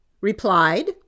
replied